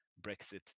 Brexit